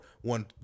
One